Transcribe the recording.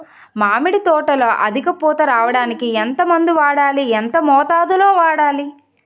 మామిడి తోటలో అధిక పూత రావడానికి ఎంత మందు వాడాలి? ఎంత మోతాదు లో వాడాలి?